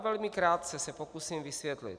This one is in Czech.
Velmi krátce se to pokusím vysvětlit.